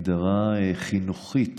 הגדרה חינוכית